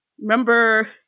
remember